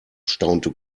staunte